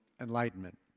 enlightenment